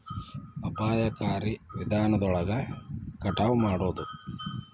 ಅಪಾಯಕಾರಿ ವಿಧಾನದೊಳಗ ಕಟಾವ ಮಾಡುದ